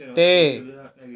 ਅਤੇ